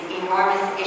enormous